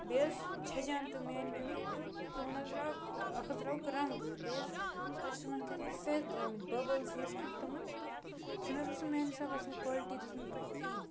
بیٚیہِ حظ چھَلیاے تِم میٛانہِ مٔمی تہٕ تِمَن حظ درٛاو اَکھ حظ درٛاوُکھ رنٛگ بیٚیہِ حظ ٲسۍ تِمَن کیٛاہ تام فٮ۪ت درٛامٕتۍ بَبٕلز ہِوۍ حظ کھٔتۍ تِمَن تہٕ سُہ نہ حظ اوس نہٕ میٛانہِ حِساب اَصٕل کالٹی دِژمٕژ تۄہہِ کِہیٖنۍ